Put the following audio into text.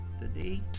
today